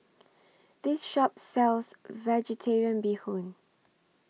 This Shop sells Vegetarian Bee Hoon